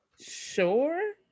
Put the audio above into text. sure